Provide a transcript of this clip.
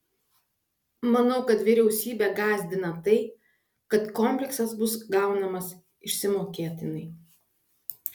manau kad vyriausybę gąsdina tai kad kompleksas bus gaunamas išsimokėtinai